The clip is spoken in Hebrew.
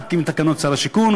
מחכים לתקנות שר השיכון,